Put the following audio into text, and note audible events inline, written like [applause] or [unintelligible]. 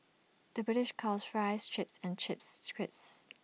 the British calls Fries Chips and chips [unintelligible] crisps